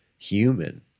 human